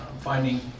finding